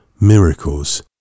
miracles